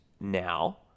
now